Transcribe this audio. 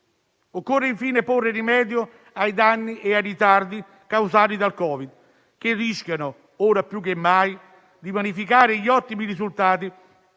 Occorre infine porre rimedio ai danni e ai ritardi causati dal Covid-19 che rischiano, ora più che mai, di vanificare gli ottimi risultati